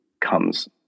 comes